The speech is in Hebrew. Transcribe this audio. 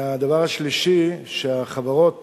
3. החברות